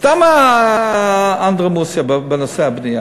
סתם אנדרלמוסיה בנושא הבנייה.